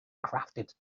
crafted